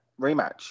rematch